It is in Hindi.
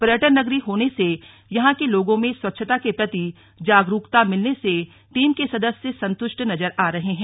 पर्यटन नगरी होने से यहां के लोगों में स्वच्छता के प्रति जागरुकता मिलने से टीम के सदस्य संतुष्ट नजर आ रहे है